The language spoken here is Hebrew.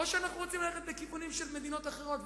או שאנחנו רוצים ללכת בכיוונים של מדינות אחרות,